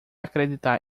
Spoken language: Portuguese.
acreditar